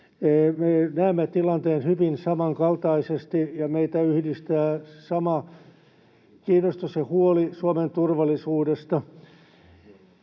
me näemme tilanteen hyvin samankaltaisesti ja meitä yhdistää sama kiinnostus ja huoli Suomen turvallisuudesta.